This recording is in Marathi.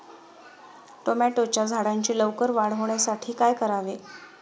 टोमॅटोच्या झाडांची लवकर वाढ होण्यासाठी काय करावे?